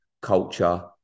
culture